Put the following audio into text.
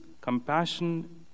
compassion